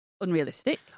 unrealistic